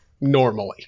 normally